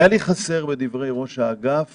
בדברי ראש האגף